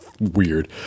weird